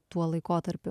tuo laikotarpiu